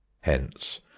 Hence